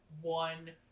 one